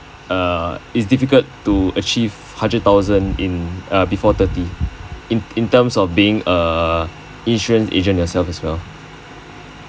err it's difficult to achieve hundred thousand in uh before thirty in in terms of being a insurance agent yourself as well